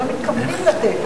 שהם לא מתכוונים לתת,